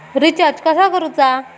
Recharge कसा करूचा?